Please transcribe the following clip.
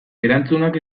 erantzunak